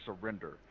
surrender